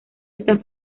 esta